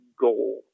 goal